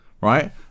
right